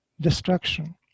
destruction